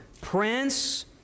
Prince